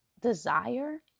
desire